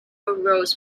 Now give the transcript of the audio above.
rolls